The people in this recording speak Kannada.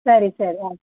ಸರಿ ಸರಿ ಆಯ್ತು